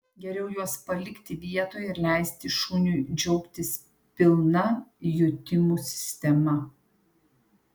geriau juos palikti vietoje ir leisti šuniui džiaugtis pilna jutimų sistema